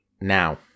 now